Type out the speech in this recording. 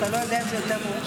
אז אתה לא יודע אם זה יותר מורכב.